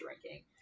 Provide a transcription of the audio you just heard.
drinking